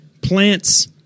plants